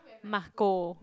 Marco